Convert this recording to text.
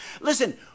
Listen